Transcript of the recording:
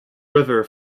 river